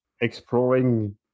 exploring